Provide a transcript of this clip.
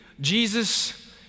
Jesus